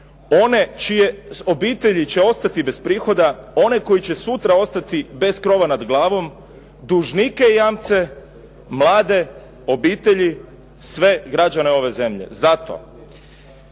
one čije obitelji će ostati bez prihoda, one koji će sutra ostati bez krova nad glavom, dužnike, jamce, mlade obitelji, sve građane ove zemlje. Zato.